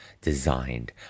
designed